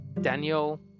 Daniel